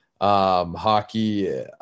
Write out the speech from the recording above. hockey